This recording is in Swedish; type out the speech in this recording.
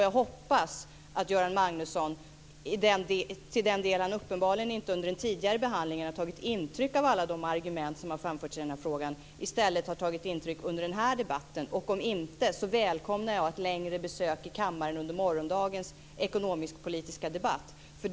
Jag hoppas att Göran Magnusson i den del han uppenbarligen inte under den tidigare behandlingen har tagit intryck av alla de argument som har framförts i frågan i stället har tagit intryck under denna debatt. Om inte så välkomnar jag ett längre besök i kammaren under morgondagens ekonomiskpolitiska debatt.